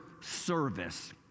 service